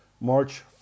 March